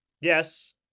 Yes